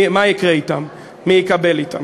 מה יקרה אתם?